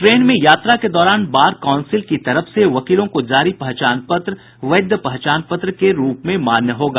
train में यात्रा के दौरान बार काउंसिल की तरफ से वकीलों को जारी पहचान पत्र वैध पहचान पत्र के रूप में मान्य होगा